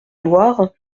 loire